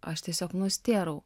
aš tiesiog nustėrau